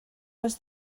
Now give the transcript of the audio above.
was